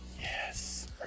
Yes